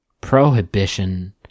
Prohibition